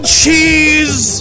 cheese